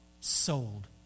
sold